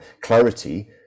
clarity